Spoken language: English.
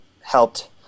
helped